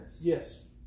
Yes